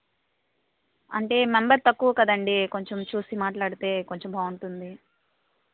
అంటే మెంబర్ తక్కువ కదండి కొంచెం చూసి మాట్లాడితే కొంచెం బాగుంటుంది